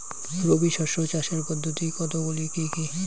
রবি শস্য চাষের পদ্ধতি কতগুলি কি কি?